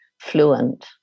fluent